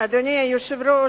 אדוני היושב-ראש,